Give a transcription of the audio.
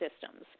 systems